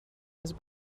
his